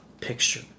picture